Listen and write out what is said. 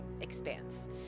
expanse